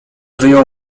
wyjął